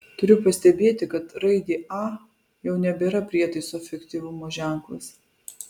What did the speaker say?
turiu pastebėti kad raidė a jau nebėra prietaiso efektyvumo ženklas